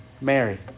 Mary